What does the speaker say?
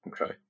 Okay